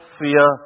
fear